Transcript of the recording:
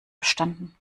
verstanden